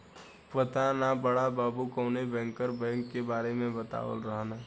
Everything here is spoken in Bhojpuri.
पाता ना बड़ा बाबु कवनो बैंकर बैंक के बारे में बतावत रहलन